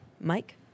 mike